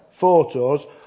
photos